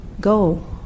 go